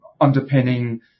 underpinning